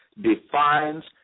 defines